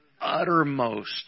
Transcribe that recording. uttermost